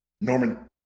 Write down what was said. Norman